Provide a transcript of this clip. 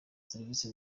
serivise